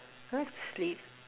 I like to sleep